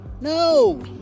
No